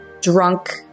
drunk